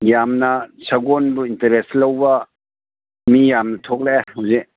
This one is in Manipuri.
ꯌꯥꯝꯅ ꯁꯒꯣꯜꯕꯨ ꯏꯟꯇꯔꯦꯁ ꯂꯧꯕ ꯃꯤ ꯌꯥꯝꯅ ꯊꯣꯛꯂꯛꯑꯦ ꯍꯧꯖꯤꯛ